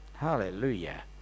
Hallelujah